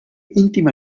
íntim